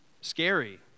scary